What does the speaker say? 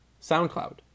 SoundCloud